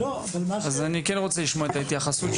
אז אני כן רוצה לשמוע את ההתייחסות.